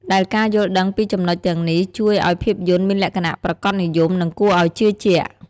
ដែលការយល់ដឹងពីចំណុចទាំងនេះជួយឲ្យភាពយន្តមានលក្ខណៈប្រាកដនិយម និងគួរឲ្យជឿជាក់។